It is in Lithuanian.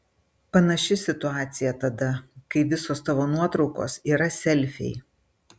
panaši situacija tada kai visos tavo nuotraukos yra selfiai